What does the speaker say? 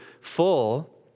full